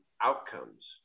outcomes